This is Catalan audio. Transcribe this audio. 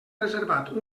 reservat